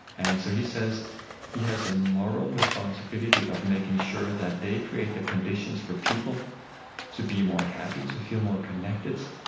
and so he says he has a moral responsibility of making sure that they create the conditions for people to be more happy, to feel more connected,